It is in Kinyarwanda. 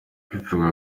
bivugwa